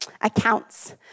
Accounts